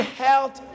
health